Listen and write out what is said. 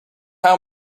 how